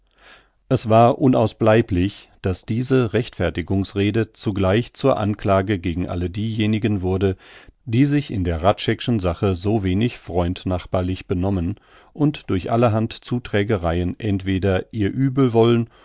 es war unausbleiblich daß diese rechtfertigungsrede zugleich zur anklage gegen alle diejenigen wurde die sich in der hradscheck sache so wenig freundnachbarlich benommen und durch allerhand zuträgereien entweder ihr übelwollen